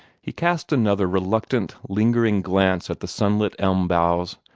he cast another reluctant, lingering glance at the sunlit elm boughs,